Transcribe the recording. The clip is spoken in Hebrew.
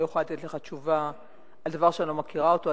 אני לא יכולה לתת לך תשובה על דבר שאני לא מכירה אותו,